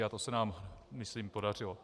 A to se nám myslím podařilo.